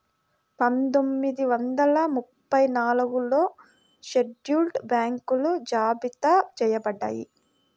పందొమ్మిది వందల ముప్పై నాలుగులో షెడ్యూల్డ్ బ్యాంకులు జాబితా చెయ్యబడ్డాయి